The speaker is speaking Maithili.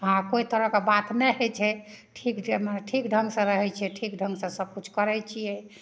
वएह कोइ तरहके बात नहि हइ छै ठीक जेना ठीक ढङ्गसँ रहय छै ठीक ढङ्गसँ सब किछु करय छियै